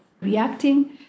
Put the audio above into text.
reacting